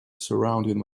surround